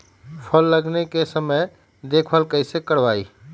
फल लगे के समय देखभाल कैसे करवाई?